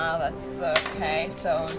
ah that's okay, so